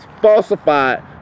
Falsified